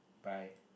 by